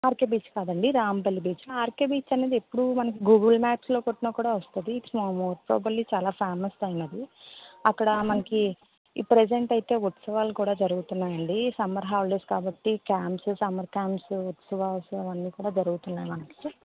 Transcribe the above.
RK beach కాదండి Rampalli beach RK beach అనేది ఎప్పుడు మనకి గూగుల్ మ్యాప్స్లో కొట్టిన కూడా వస్తుంది it's more more probably famous అండీ అది అక్కడ మనకి ప్రజెంట్ అయితే ఉత్సవాలు కూడా జరుగుతున్నాయండి సమ్మర్ హాలిడేస్ కాబట్టి క్యాంప్స్ సమ్మర్ క్యాంప్స్ ఉత్సవాలు అవన్నీ కూడా జరుగుతున్నాయి మనకి